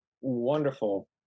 wonderful